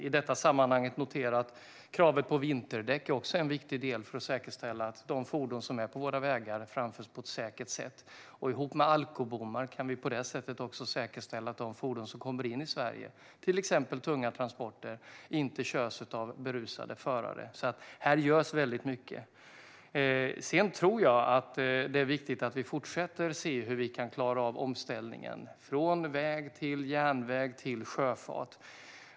I detta sammanhang kan man notera att kravet på vinterdäck också är en viktig del för att säkerställa att de fordon som är på våra vägar framförs på ett säkert sätt. Detta tillsammans med alkobommar kan vi säkerställa att de fordon som kommer in i Sverige, till exempel tunga transporter, inte körs av berusade förare. Här görs alltså väldigt mycket. Jag tror att det är viktigt att vi fortsätter att titta på hur vi kan klara av omställningen från väg till järnväg och till sjöfart.